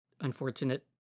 unfortunate